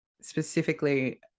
specifically